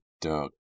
Doug